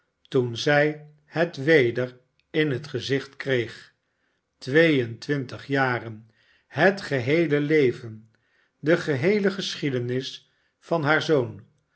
toen zij het weder in het gezicht kreeg twee en twintig jaren het geheele leven de geheele geschiedenis van haar zoon